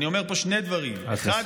אני אומר פה שני דברים: האחד,